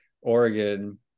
Oregon